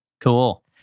Cool